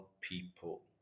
people